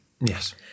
Yes